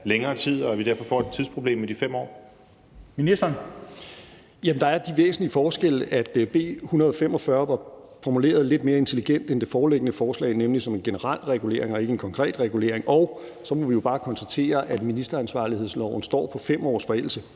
Bøgsted): Ministeren. Kl. 16:08 Justitsministeren (Nick Hækkerup): Jamen der er den væsentlige forskel, at B 145 var formuleret lidt mere intelligent end det foreliggende forslag, nemlig som en generel regulering og ikke en konkret regulering. Og så må vi jo bare konstatere, at ministeransvarlighedsloven står på en forældelsesfrist